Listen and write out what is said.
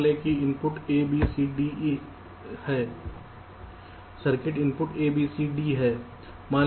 मान लें कि input A B C D हैं circuit input A B C D हैं